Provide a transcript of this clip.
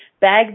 Bag